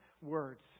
words